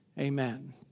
Amen